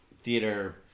theater